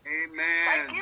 amen